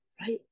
right